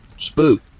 spook